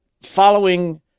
following